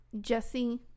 Jesse